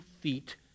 feet